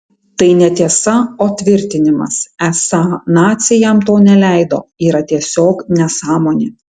tai netiesa o tvirtinimas esą naciai jam to neleido yra tiesiog nesąmonė